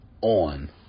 on